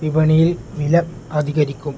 വിപണിയിൽ വില അധികരിക്കും